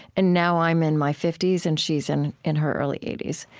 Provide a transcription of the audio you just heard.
and now i'm in my fifty s, and she's in in her early eighty s.